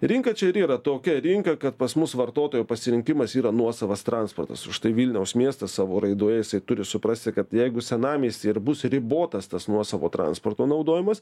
rinka čia ir yra tokia rinka kad pas mus vartotojo pasirinkimas yra nuosavas transportas užtai vilniaus miestas savo raidoje jisai turi suprasti kad jeigu senamiesty ir bus ribotas tas nuosavo transporto naudojimas